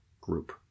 Group